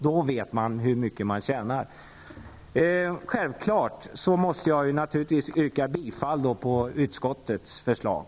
Då framgår det hur mycket man tjänar. Jag måste självfallet yrka bifall till utskottets förslag.